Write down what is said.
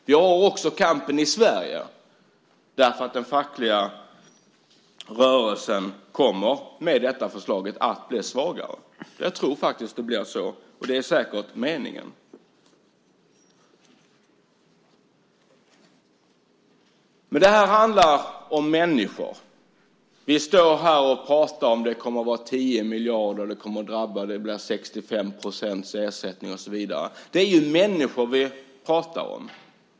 Vi har också kampen i Sverige, därför att den fackliga rörelsen kommer med detta förslag att bli svagare. Jag tror att det blir så, och det är säkert meningen. Men det handlar om människor. Vi står här och pratar om att det är 10 miljarder som kommer att tas bort, att det blir 65 % ersättning och så vidare. Det är ju människor vi pratar om!